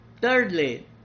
Thirdly